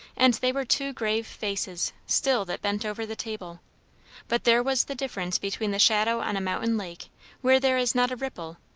and they were two grave faces still that bent over the table but there was the difference between the shadow on a mountain lake where there is not a ripple,